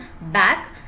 back